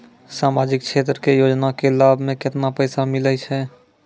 समाजिक क्षेत्र के योजना के लाभ मे केतना पैसा मिलै छै?